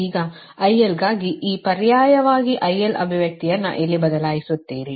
ಈಗ IL ಗಾಗಿ ಇಲ್ಲಿ ಪರ್ಯಾಯವಾಗಿ IL ಅಭಿವ್ಯಕ್ತಿಯನ್ನು ಇಲ್ಲಿ ಬದಲಿಸುತ್ತೀರಿ